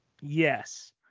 Yes